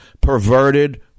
perverted